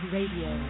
Radio